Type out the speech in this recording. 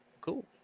cool